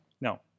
no